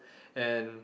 and